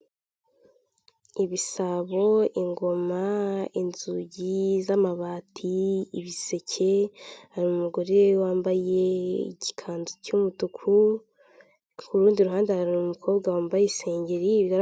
Ibisabo, ingoma, inzugi z'amabati, ibiseke, hari umugore wambaye igikanzu cy'umutuku, ku rundi ruhande hari umukobwa wambaye isengeri...